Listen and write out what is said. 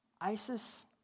ISIS